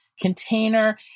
container